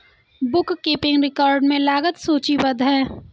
book keeping record में लागत सूचीबद्ध है